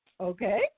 okay